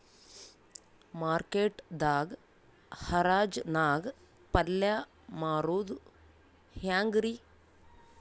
Market ದಾಗ್ ಹರಾಜ್ ನಾಗ್ ಪಲ್ಯ ಮಾರುದು ಹ್ಯಾಂಗ್ ರಿ?